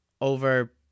over